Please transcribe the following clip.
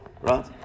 Right